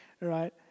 right